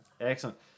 Excellent